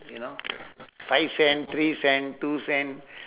you know five cent three cent two cent